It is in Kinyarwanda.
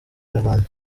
nyarwanda